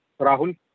Rahul